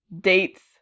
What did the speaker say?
dates